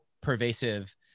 pervasive